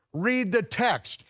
read the text,